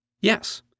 Yes